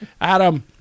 Adam